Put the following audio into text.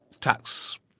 tax